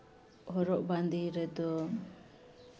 ᱦᱚᱨᱚᱜ ᱵᱟᱸᱫᱮ ᱨᱮᱫᱚ